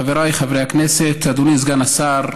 חבריי חברי הכנסת, אדוני סגן השר,